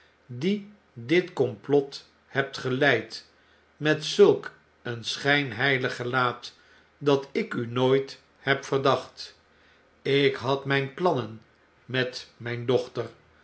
die dit komplot hebt geleid met zulk een schjjnheilig gelaat dat ik u nooit heb verdacht ik had myn plannen met myn dochter